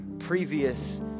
previous